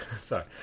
Sorry